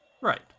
Right